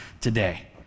today